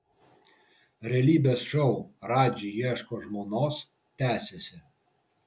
realybės šou radži ieško žmonos tęsiasi